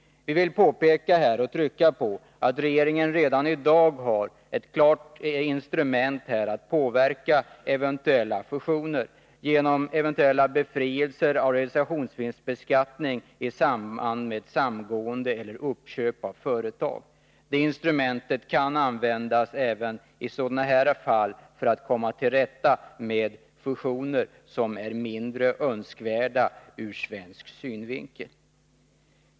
Vi vill påpeka och trycka på att regeringen redan i dag har ett klart instrument att påverka eventuella fusioner genom möjligheten att ge befrielse från realisationsvinstbeskattning i samband med samgående mellan företag eller uppköp av företag. Det instrumentet kan användas även för att komma till rätta med fusioner som är mindre önskvärda ur svensk synvinkel.